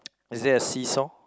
is there a see-saw